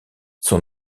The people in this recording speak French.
son